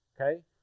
okay